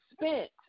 spent